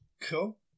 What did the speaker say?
Cool